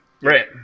right